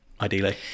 ideally